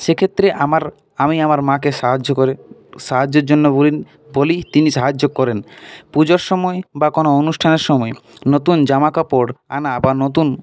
সেক্ষেত্রে আমার আমি আমার মাকে সাহায্য করি সাহায্যের জন্য বলি তিনি সাহায্য করেন পুজোর সময় বা কোনো অনুষ্ঠানের সময় নতুন জামাকাপড় আনা বা নতুন